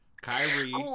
Kyrie